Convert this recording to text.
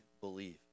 believe